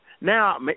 Now